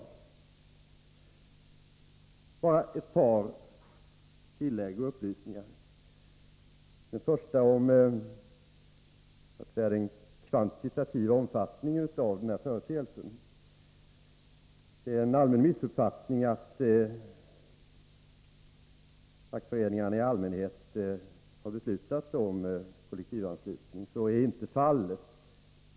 Jag skall bara göra några tillägg och lämna ett par upplysningar. Först till frågan om den kvantitativa omfattningen av den här företeelsen. Det är en allmän missuppfattning att fackföreningarna i allmänhet har beslutat om kollektivanslutning. Så är inte fallet.